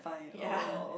ya